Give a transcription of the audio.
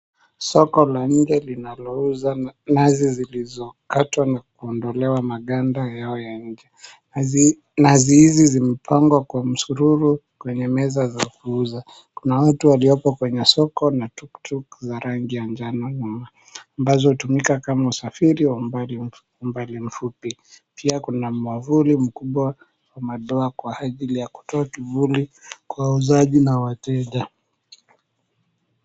Soko la nje linalouza nazi zilizokatwa na kuondolewa maganda yao ya nje. Nazi hizi zimepangwa kwa msururu kwenye meza za kuuza. Kuna watu waliopo kwenye soko na tuktuk za rangi ya njano ambazo hutumika kama usafiri wa umbali mfupi. Pia kuna mwavuli mkubwa wa madoa kwa ajili ya kutoa kivuli kwa wauzaji na wateja.